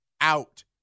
out